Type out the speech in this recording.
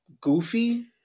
goofy